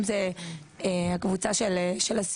אם זה הקבוצה של הסיעוד,